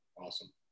Awesome